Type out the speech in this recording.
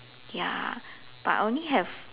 ya but I only have